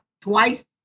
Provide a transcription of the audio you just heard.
twice